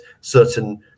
certain